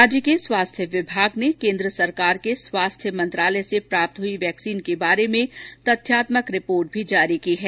राज्य के स्वास्थ्य विभाग ने केन्द्र सरकार के स्वास्थ्य मंत्रालय से प्राप्त हुई वैक्सीन के बारे में तथ्यात्मक रिपोर्ट भी जारी की है